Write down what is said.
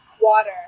water